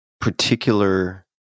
particular